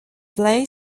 play